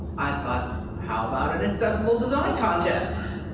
i thought how about an accessible design contest?